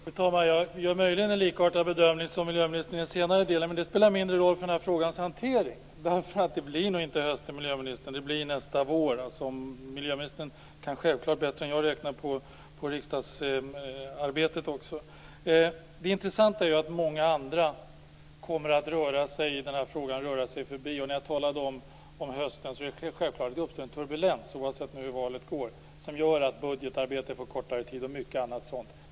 Fru talman! Jag gör möjligen en likartad bedömning som miljöministern, men det spelar mindre roll för den här frågans hantering. Det blir nog inte till hösten, utan det blir nästa vår som frågan behandlas. Miljöministern kan bättre än jag räkna ut hur riksdagsarbetet planeras. Det intressanta är att det är många andra som kommer att röra sig förbi i denna fråga. Det är självklart att det uppstår en turbulens, oavsett hur valet går, som gör att bl.a. budgetarbetet måste ta kortare tid.